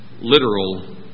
literal